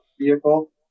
vehicle